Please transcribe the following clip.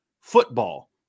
football